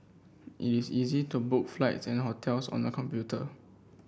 it is easy to book flights and hotels on the computer